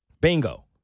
Bingo